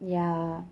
ya